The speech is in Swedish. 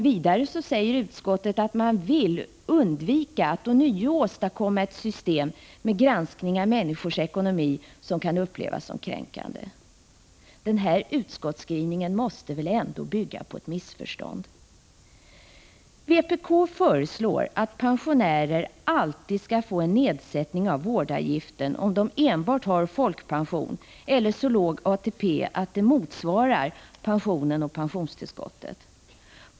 Vidare säger utskottet att man vill undvika att ånyo införa ett system med granskning av människors ekonomi som kan upplevas som kränkande. Utskottsskrivningen måste väl ändå bygga på ett missförstånd. Vi i vpk föreslår att de pensionärer alltid skall ha rätt till en nedsatt vårdavgift som enbart har folkpension eller som har så låg ATP att beloppet motsvarar pension och pensionstillskott.